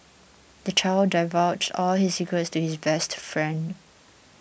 the child divulged all his secrets to his best friend